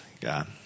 God